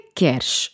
queres